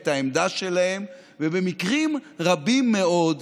את העמדה שלהם ובמקרים רבים מאוד,